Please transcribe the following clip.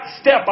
step